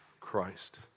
Christ